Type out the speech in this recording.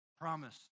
promise